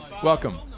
Welcome